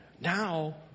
Now